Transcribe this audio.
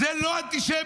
זה לא אנטישמיות?